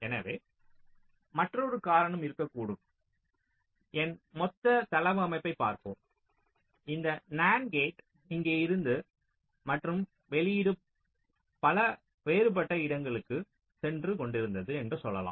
எனவே மற்றொரு காரணம் இருக்கக்கூடும் என் மொத்த தளவமைப்பைப் பார்ப்போம் இந்த NAND கேட் இங்கே இருந்தது மற்றும் வெளியீடு பல வேறுபட்ட இடங்களுக்குச் சென்று கொண்டிருந்தது என்று சொல்வோம்